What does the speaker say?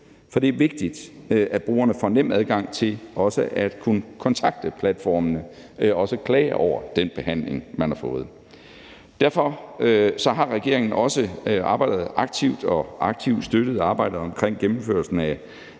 For det er vigtigt, at brugerne får nem adgang til også at kunne kontakte platformene og så klage over den behandling, de har fået. Derfor har regeringen også arbejdet aktivt og aktivt støttet arbejdet omkring gennemførelsen af